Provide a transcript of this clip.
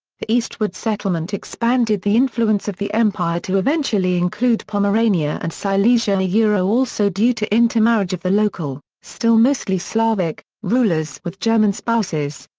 the eastward settlement expanded the influence of the empire to eventually include pomerania and silesia ah yeah also due to intermarriage of the local, still mostly slavic, rulers with german spouses.